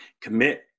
Commit